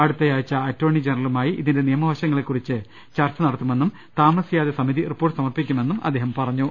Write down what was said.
അടുത്തയാഴ്ച്ച attorney ജനറ ലുമായി ഇതിന്റെ നിമയമവശങ്ങളെക്കുറിച്ച് ചർച്ച നടത്തുമെന്നും താമസിയാതെ സമിതി റിപ്പോർട്ട് സമർപ്പിക്കുമെന്നും അദ്ദേഹം അറി യിച്ചു